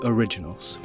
Originals